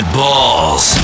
balls